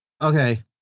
Okay